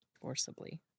Forcibly